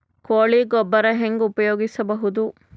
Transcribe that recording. ಕೊಳಿ ಗೊಬ್ಬರ ಹೆಂಗ್ ಉಪಯೋಗಸಬಹುದು?